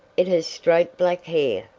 it has straight black hair,